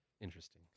interesting